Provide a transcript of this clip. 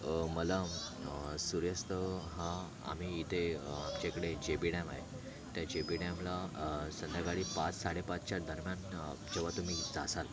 मला सूर्यास्त हा आम्ही इथे आमच्याकडे जे पी डॅम आहे त्या जे बी डॅमला संध्याकाळी पाच साडेपाचच्या दरम्यान जेव्हा तुम्ही जासाल